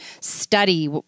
study